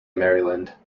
maryland